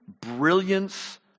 brilliance